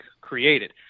created